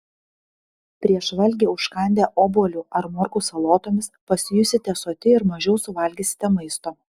prieš valgį užkandę obuoliu ar morkų salotomis pasijusite soti ir mažiau suvalgysite maisto